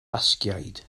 basgiaid